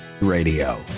radio